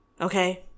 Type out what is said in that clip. okay